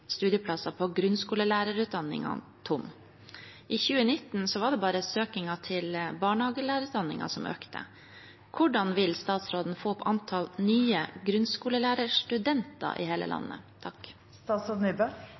studieplasser på grunnskolelærerutdanningene tomme. I 2019 var det bare søkningen til barnehagelærerutdanningen som økte. Hvordan vil statsråden få opp antallet nye grunnskolelærerstudenter i hele